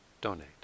donate